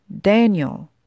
Daniel